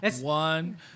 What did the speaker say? One